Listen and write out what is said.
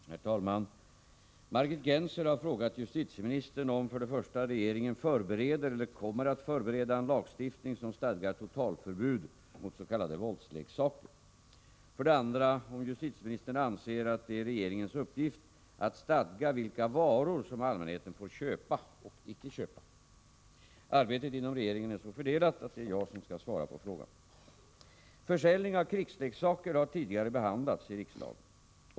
Herr talman! Margit Gennser har frågat justitieministern om 1. regeringen förbereder eller kommer att förbereda en lagstiftning som stadgar totalförbud mot s.k. våldsleksaker, 2. justitieministern anser att det är regeringens uppgift att stadga vilka varor som allmänheten får köpa och icke köpa. Arbetet inom regeringen är så fördelat att det är jag som skall svara på frågan. Försäljning av krigsleksaker har tidigare behandlats i riksdagen.